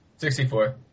64